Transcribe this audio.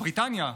בריטניה,